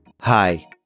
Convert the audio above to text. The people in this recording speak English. Hi